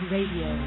Radio